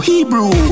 Hebrew